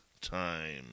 time